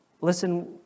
Listen